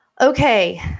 Okay